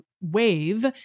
wave